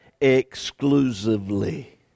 exclusively